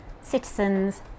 citizens